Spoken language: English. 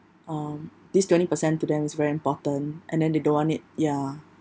um this twenty percent to them is very important and then they don't want it ya